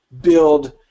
build